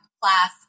class